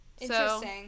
Interesting